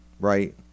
right